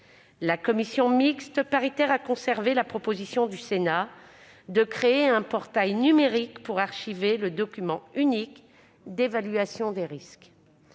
La commission mixte paritaire a conservé la proposition du Sénat de créer un portail numérique pour archiver le document unique d'évaluation des risques.